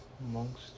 amongst